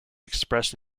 expressed